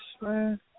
man